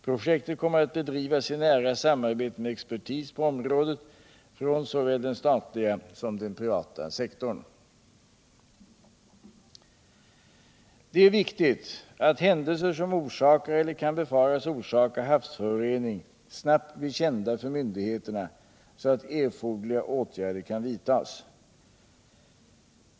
Projektet kommer att bedrivas i nära samarbete med expertis på området från såväl den statliga som den privata sektorn. Det är viktigt att händelser som orsakar eller kan befaras orsaka havsförorening snabbt blir kända för myndigheterna så att erforderliga åtgärder kan vidtas.